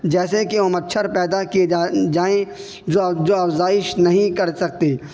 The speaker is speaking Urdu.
جیسے کہ وہ مچھر پیدا کیے جائیں جو جو افزائش نہیں کر سکتے